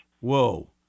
Whoa